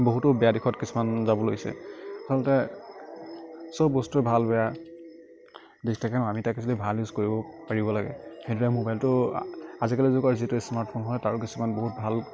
বহুতো বেয়া দিশত কিছুমান যাব ধৰিছে আচলতে চব বস্তুৰে ভাল বেয়া দিশ থাকে ন আমি তাক যদি ভাল ইউজ কৰিব পাৰিব লাগে এতিয়া মোবাইলটো আজি কালিৰ যুগৰ যিটো ইস্মাৰ্টফোন হয় তাৰো কিছুমান বহুত ভাল